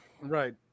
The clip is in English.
Right